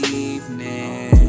evening